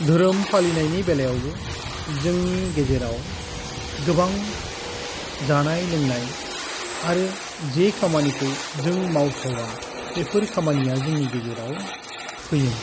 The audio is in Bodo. धोरोम फालिनायनि बेलायावबो जोंनि गेजेराव गोबां जानाय लोंनाय आरो जे खामानिखौ जों मावथावा बेफोर खामानिया जोंनि गेजेराव फैयो